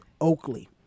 Oakley